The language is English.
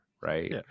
right